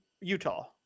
utah